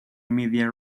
media